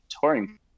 touring